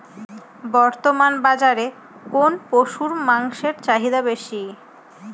বর্তমান বাজারে কোন পশুর মাংসের চাহিদা বেশি?